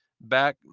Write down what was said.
back